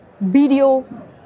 video